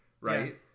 right